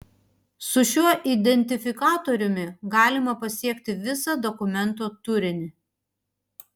su šiuo identifikatoriumi galima pasiekti visą dokumento turinį